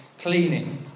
cleaning